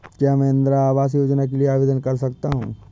क्या मैं इंदिरा आवास योजना के लिए आवेदन कर सकता हूँ?